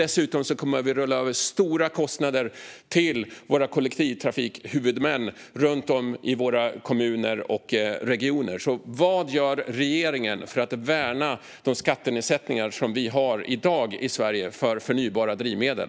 Dessutom kommer vi att rulla över stora kostnader på våra kollektivtrafikhuvudmän runt om i våra kommuner och regioner. Vad gör regeringen för att värna de skattenedsättningar som vi i dag har i Sverige för förnybara drivmedel?